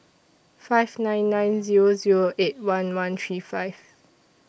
five nine nine Zero Zero eight one one three five